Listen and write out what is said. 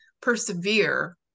persevere